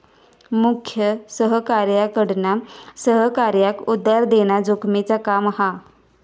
मुख्य सहकार्याकडना सहकार्याक उधार देना जोखमेचा काम हा